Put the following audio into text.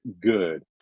good